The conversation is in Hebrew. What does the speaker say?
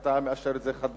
אתה מאשר את זה חד-משמעית.